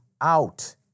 out